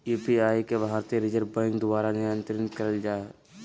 UPI के भारतीय reserve bank द्वारा नियंत्रित कइल जा हइ